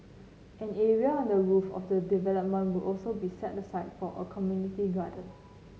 an area on the roof of the development will also be set aside for a community garden